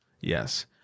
Yes